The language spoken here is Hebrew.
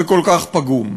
וכל כך פגום.